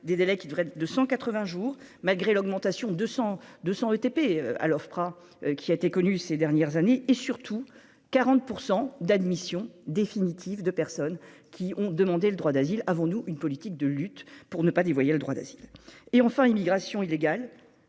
des délais qui devrait de 180 jours malgré l'augmentation de cent de cent ETP à l'Ofpra, qui a été connu ces dernières années et surtout 40 % d'admission définitive de personnes qui ont demandé le droit d'asile, avons-nous une politique de lutte pour ne pas dévoyer le droit d'asile et enfin l'immigration illégale